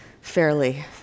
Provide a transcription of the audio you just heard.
fairly